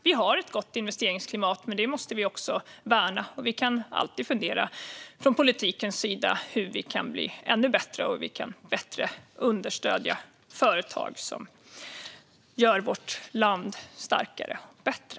Vi har ett gott investeringsklimat, men det måste vi också värna. Från politikens sida kan vi alltid fundera på hur vi kan bli ännu bättre och hur vi bättre kan understödja företag som gör vårt land starkare och bättre.